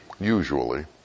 usually